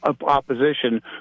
opposition